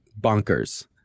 bonkers